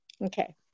Okay